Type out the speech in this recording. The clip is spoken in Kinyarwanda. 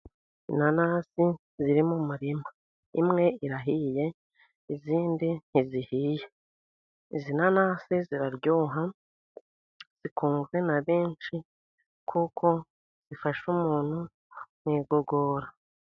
Inanasi ziri mu murima, imwe irahiye, izindi ntizihiye. Izi nanasi ziraryoha, zikunzwe na benshi, kuko zifasha umuntu mu igogora.